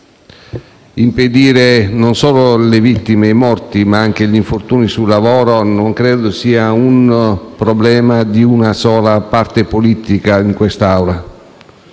Impedire non solo le vittime, i morti, ma anche gli infortuni sul lavoro non credo sia un problema di una sola parte politica in quest'Aula.